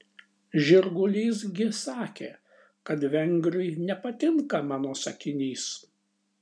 žirgulys gi sakė kad vengriui nepatinka mano sakinys